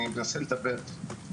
אני מנסה לומר,